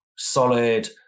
Solid